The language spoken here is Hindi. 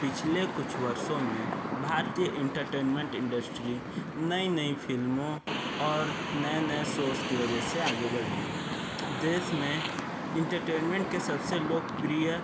पिछले कुछ वर्षों में भारतीय इंटरटेनमेंट इंडस्ट्री नई नई फ़िल्मों और नए नए सोज़ की वजह से आगे बढ़ी है देश में इंटरटेनमेंट के सबसे लोकप्रिय